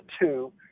Two